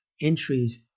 entries